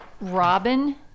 Robin